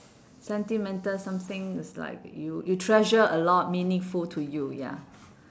sentimental something is like you you treasure a lot meaningful to you ya